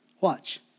Watch